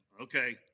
okay